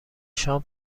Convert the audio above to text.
شام